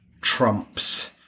trumps